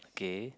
okay